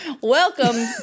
welcome